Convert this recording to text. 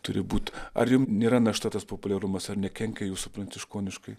turi būt ar jum nėra našta tas populiarumas ar nekenkia jūsų pranciškoniškai